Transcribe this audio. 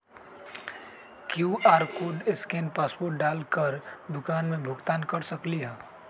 QR code scan password डाल कर दुकान में भुगतान कर सकलीहल?